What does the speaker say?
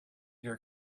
your